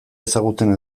ezagutzen